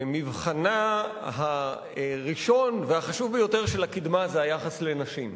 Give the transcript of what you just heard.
מבחנה הראשון והחשוב ביותר של הקדמה זה היחס לנשים.